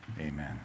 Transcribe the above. amen